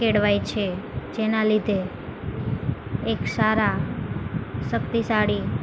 કેળવાય છે જેના લીધે એક સારા શક્તિશાળી